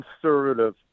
conservative